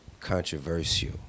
controversial